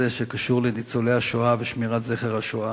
שקשור לניצולי השואה ושמירת זכר השואה.